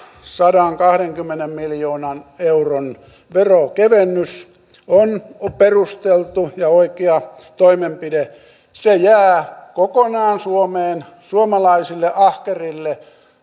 sadankahdenkymmenen miljoonan euron veronkevennys on perusteltu ja oikea toimenpide se jää kokonaan suomeen suomalaisille ahkerille